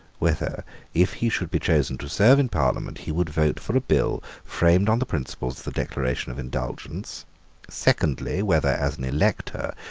whether, if he should be chosen to serve in parliament, he would vote for a bill framed on the principles of the declaration of indulgence secondly, whether, as an elector,